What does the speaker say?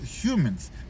humans